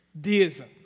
deism